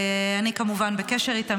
אני, כמובן, בקשר איתם.